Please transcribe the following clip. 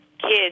kids